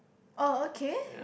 oh okay